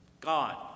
God